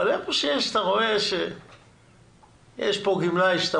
אבל היכן שאתה רואה שיש כאן גמלאי שאתה